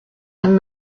and